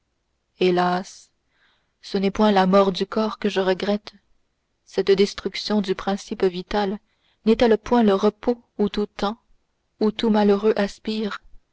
hélas ce n'est point la mort du corps que je regrette cette destruction du principe vital n'est-elle point le repos où tout tend où tout malheureux aspire